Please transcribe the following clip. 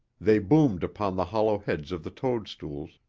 they boomed upon the hollow heads of the toadstools,